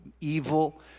evil